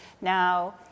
Now